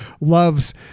loves